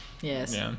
Yes